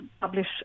publish